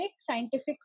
scientific